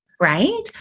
Right